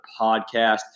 podcast